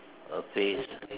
a phrase